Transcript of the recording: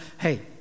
hey